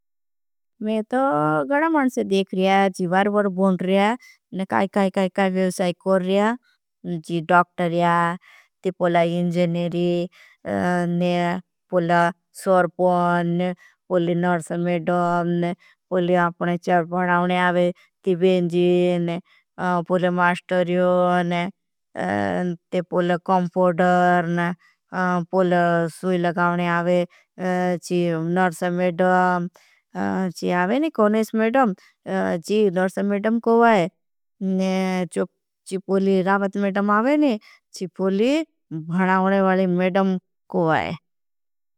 मेरे तो गड़ा मनसे देख रहे हैं जी बार बार बोन रहे हैं और। काई काई काई काई काई व्याख्यान कर रहे हैं जी डॉक्टर। रहे हैं ते पोला इंजेनेरी पोला सौर्पण पोला। नर्श मेड़म पोला अपने चार्पण आओने आओँगे तीबेंजी प पोला। सूवई लगाउने आवे ची नर्श मेड़म ची आवे नि। कोनेस मेड़म ची नर्श मेड़म कोई ची पूली। राव़त मेड़म आवे नी ची पूली भढाऊने वाली मेड़म कोई।